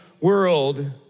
world